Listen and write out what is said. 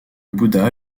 bouddha